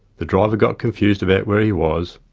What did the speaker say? the driver got confused about where he was,